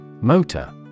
Motor